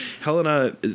Helena